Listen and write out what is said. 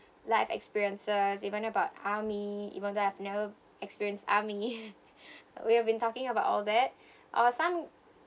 life experiences even about army even though I have no experience army we have been talking about all that or some